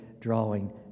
drawing